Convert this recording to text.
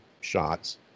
shots